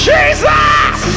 Jesus